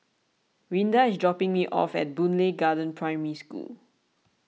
Rinda is dropping me off at Boon Lay Garden Primary School